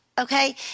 Okay